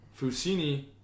Fusini